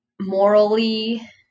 morally